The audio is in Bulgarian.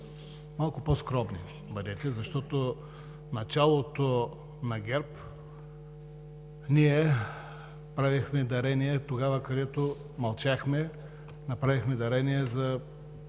Малко по-скромни бъдете, защото в началото ние от ГЕРБ правихме дарения тогава, когато мълчахме – направихме дарения за